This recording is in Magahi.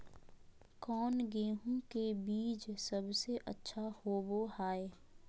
कौन गेंहू के बीज सबेसे अच्छा होबो हाय?